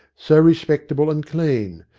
so respectable and clean,